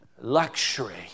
luxury